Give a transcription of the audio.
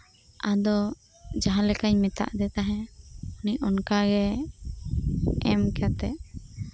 ᱟᱫᱚ ᱡᱟᱦᱟᱸ ᱞᱮᱠᱟᱧ ᱢᱮᱛᱟ ᱟᱫᱮ ᱛᱟᱦᱮᱸᱫ ᱩᱱᱤ ᱚᱱᱠᱟ ᱜᱮ ᱮᱢ ᱠᱟᱛᱮᱫ